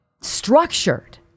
structured